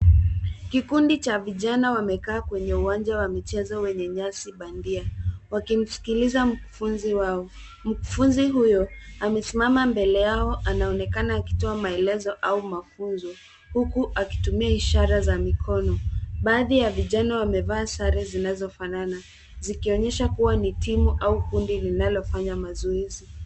Kikundi cha vijana wamekaa kwenye uwanja wa michezo wenye nyasi bandia wakimsikiliza mkufunzi wao. Mkufunzi huyo, amesimama mbele yao anaonekana akitoa maelezo au mafunzo huku akitumia ishara za mikono. Baadhi ya vijana wamevaa sare zinazo fanana. Zikionyesha kuwa ni timu au kundi linalofanya mazoezi.